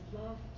love